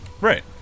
Right